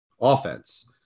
offense